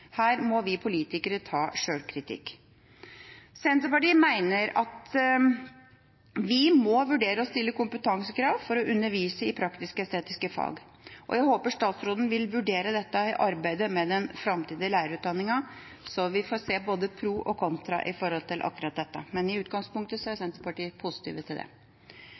Her må vi politikere ta sjølkritikk. Senterpartiet mener at vi må vurdere å stille kompetansekrav for å undervise i praktisk-estetiske fag. Jeg håper statsråden vil vurdere dette i arbeidet med den framtidige lærerutdanninga, så vi får se både pro og kontra når det gjelder akkurat dette. I utgangspunktet er Senterpartiet positive til det.